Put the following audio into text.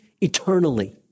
eternally